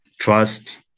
trust